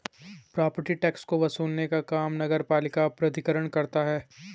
property tax को वसूलने का काम नगरपालिका प्राधिकरण करता है